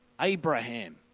Abraham